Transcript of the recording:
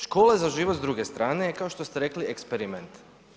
Škola za život“ s druge strane je kao što ste rekli eksperiment.